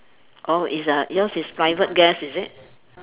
oh it's uh yours is private gas is it